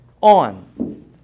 on